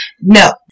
no